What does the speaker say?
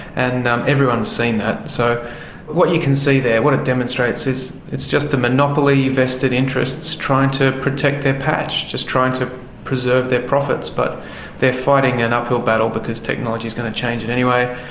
and um everyone has seen that. so what you can see there, what it demonstrates is it's just the monopoly vested interests trying to protect their patch, just trying to preserve their profits, but they're fighting an uphill battle because technology is going to change it anyway.